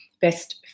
Best